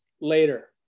later